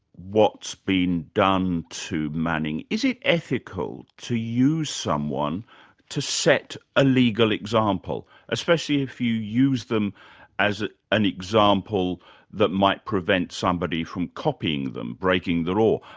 what's been done to manning is it ethical to use someone to set a legal example? especially if you use them as an example that might prevent somebody from copying them, breaking the law,